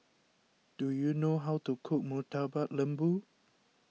do you know how to cook Murtabak Lembu